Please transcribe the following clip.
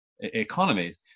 economies